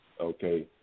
Okay